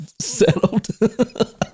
settled